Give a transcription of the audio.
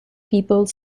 people